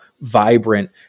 vibrant